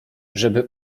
żeby